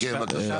כן, בבקשה.